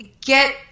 get